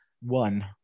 one